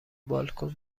بالکن